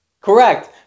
Correct